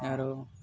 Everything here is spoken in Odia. ତାର